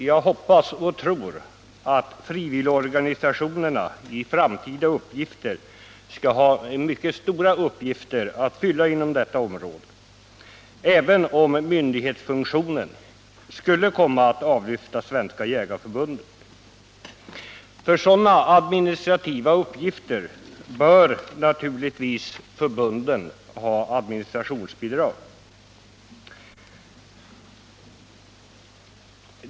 Jag hoppas och tror att frivilligorganisationerna i framtiden skall ha mycket stora uppgifter att fylla inom detta område, även om myndighetsfunktionen skulle komma att avlyfta Svenska jägareförbundet. För sådana administrativa uppgifter bör naturligtvis förbunden ha administrationsbidrag.